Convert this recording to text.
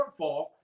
shortfall